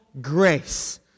grace